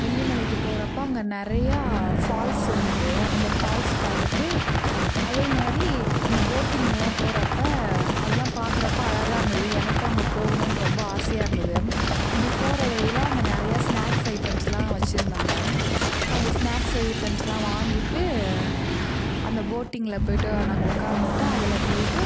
வெள்ளிமலைக்கு போகிறப்ப அங்கே நிறையா ஃபால்ஸ் இருந்தது அந்த ஃபால்ஸ் பார்த்துட்டு அதே மாதிரி அந்த போட்டிங்கெலாம் போகிறப்ப அதெல்லாம் பார்க்குறப்ப அழகாக இருந்தது எனக்கும் அங்கே போகணுன்னு ரொம்ப ஆசையாக இருந்தது அப்படி போகிற வழியில் அங்கே நிறையா ஸ்னாக்ஸ் ஐட்டம்ஸெலாம் வச்சுருந்தாங்க அந்த ஸ்னாக்ஸ் ஐட்டம்ஸெலாம் வாங்கிட்டு அந்த போட்டிங்கில் போய்விட்டு நாங்கள் உட்கார்ந்துட்டு அதில் போய்விட்டு